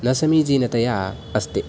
न समीचीनतया अस्ति